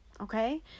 Okay